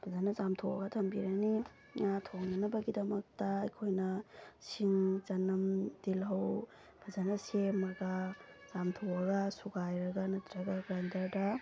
ꯐꯖꯅ ꯆꯥꯝꯊꯣꯛꯑ ꯊꯝꯕꯤꯔꯅꯤ ꯉꯥ ꯊꯣꯡꯅꯅꯕꯒꯤꯗꯃꯛꯇ ꯑꯩꯈꯣꯏꯅ ꯁꯤꯡ ꯆꯅꯝ ꯇꯤꯜꯂꯧ ꯐꯖꯅ ꯁꯦꯝꯃꯒ ꯆꯥꯝꯊꯣꯛꯑꯒ ꯁꯨꯒꯥꯏꯔꯒ ꯅꯠꯇ꯭ꯔꯒ ꯒ꯭ꯔꯥꯏꯟꯗꯔꯗ